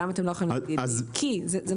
אז למה אתם לא יכולים להגיד?